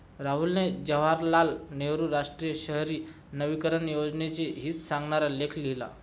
राहुलने जवाहरलाल नेहरू राष्ट्रीय शहरी नवीकरण योजनेचे हित सांगणारा लेख लिहिला